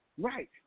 Right